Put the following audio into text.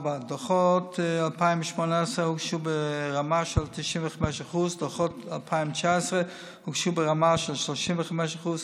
דוחות 2018 הוגשו ברמה של 95%. דוחות 2019 הוגשו ברמה של 35%,